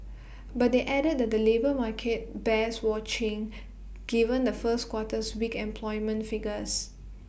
but they added that the labour market bears watching given the first quarter's weak employment figures